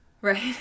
right